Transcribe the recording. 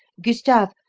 gustave,